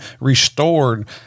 restored